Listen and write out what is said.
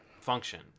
function